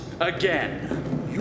Again